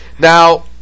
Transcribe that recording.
Now